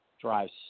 drives